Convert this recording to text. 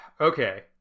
Okay